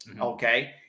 Okay